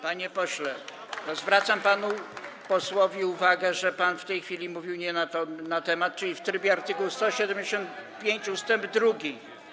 Panie pośle, zwracam panu posłowi uwagę, że pan w tej chwili mówi nie na temat, czyli w trybie art. 175 ust. 2.